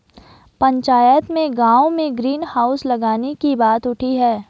पंचायत में गांव में ग्रीन हाउस लगाने की बात उठी हैं